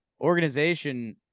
organization